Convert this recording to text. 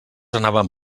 anaven